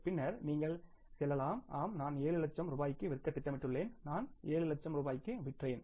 பின்னர் நீங்கள் செல்லலாம் ஆம் நான் 7 லட்சம் ரூபாய்க்கு விற்க திட்டமிட்டுள்ளேன் நான் 7 லட்சம் ரூபாய்க்கு விற்றேன்